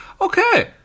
okay